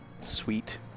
Sweet